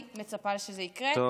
אני מצפה שזה יקרה.